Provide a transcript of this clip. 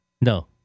No